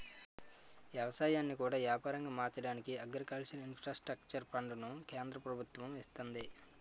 ఎవసాయాన్ని కూడా యాపారంగా మార్చడానికి అగ్రికల్చర్ ఇన్ఫ్రాస్ట్రక్చర్ ఫండును కేంద్ర ప్రభుత్వము ఇస్తంది